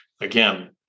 again